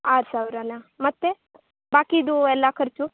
ಆರು ಸಾವಿರನ ಮತ್ತು ಬಾಕಿದು ಎಲ್ಲ ಖರ್ಚು